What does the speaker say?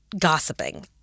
gossiping